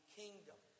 kingdom